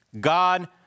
God